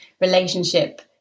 relationship